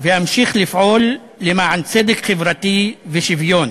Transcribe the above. ואמשיך לפעול למען צדק חברתי ושוויון.